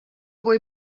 kui